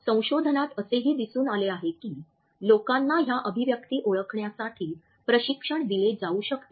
संशोधनात असेही दिसून आले आहे की लोकांना ह्या अभिव्यक्ती ओळखण्यासाठी प्रशिक्षण दिले जाऊ शकते